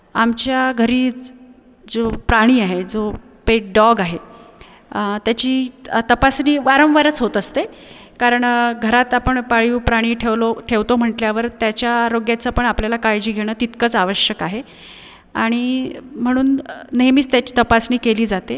आमच्या घरी जो प्राणी आहे जो पेट डॉग आहे त्याची तपासणी वारंवारच होत असते कारण घरात आपण पाळीव प्राणी ठेवलो ठेवतो म्हटल्यावर त्याच्या आरोग्याचं पण आपल्याला काळजी घेणं तितकंच आवश्यक आहे आणि म्हणून नेहमीच त्याची तपासणी केली जाते